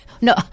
No